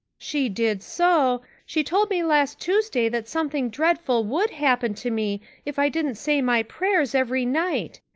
she did so. she told me last tuesday that something dreadful would happen to me if i didn't say my prayers every night.